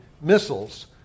missiles